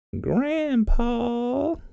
Grandpa